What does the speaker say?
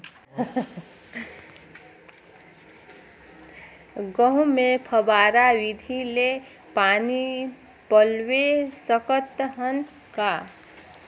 गहूं मे फव्वारा विधि ले पानी पलोय सकत हन का?